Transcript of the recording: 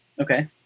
Okay